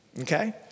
okay